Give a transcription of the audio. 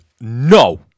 No